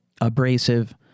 abrasive